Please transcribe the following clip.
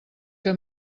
que